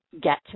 get